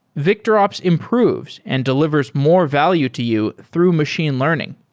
victorops improves and delivers more value to you through machine learning.